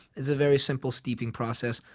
it's a very simple steeping process.